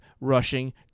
rushing